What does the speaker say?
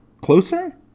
closer